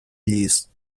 ліс